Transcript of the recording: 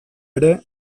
ere